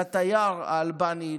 לתייר האלבני,